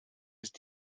ist